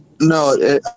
No